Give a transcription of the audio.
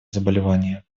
заболевания